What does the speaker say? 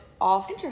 off